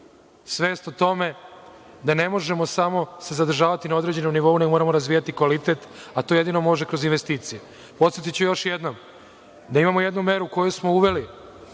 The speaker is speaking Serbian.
svest o tome da ne možemo se samo zadržavati na određenom nivou, nego moramo razvijati kvalitet, a to jedino može kroz investicije. Podsetiću još jednom da imamo jednu meru koju smo uveli